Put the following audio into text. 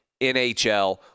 NHL